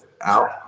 out